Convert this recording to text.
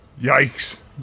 Yikes